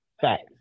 Facts